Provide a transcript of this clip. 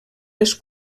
les